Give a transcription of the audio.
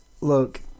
look